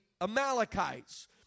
Amalekites